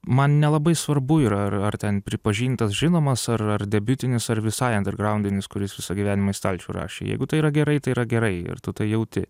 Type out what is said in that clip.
man nelabai svarbu yra ar ar ten pripažintas žinomas ar ar debiutinis ar visai andergraundinis kuris visą gyvenimą į stalčių rašė jeigu tai yra gerai tai yra gerai ir tu tai jauti